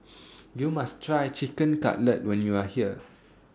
YOU must Try Chicken Cutlet when YOU Are here